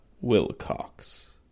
Wilcox